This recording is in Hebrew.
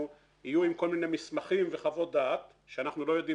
יהיו עם כל מיני מסמכים וחוות דעת שאנחנו לא יודעים